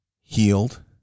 healed